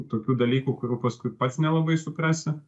tokių dalykų kurių paskui pats nelabai suprasi